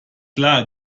klar